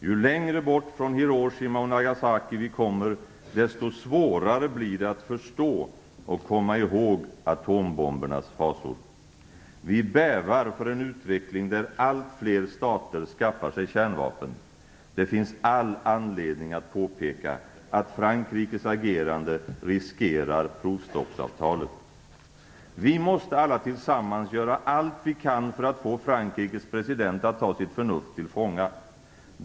Ju längre bort från Hiroshima och Nagasaki vi kommer, desto svårare blir det att förstå och komma ihåg atombombernas fasor. Vi bävar för en utveckling där allt fler stater skaffar sig kärnvapen. Det finns all anledning att påpeka att Frankrikes agerande riskerar provstoppsavtalet. Vi måste alla tillsammans göra allt vi kan för att få Frankrikes president att ta sitt förnuft till fånga.